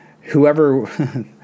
whoever